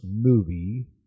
movie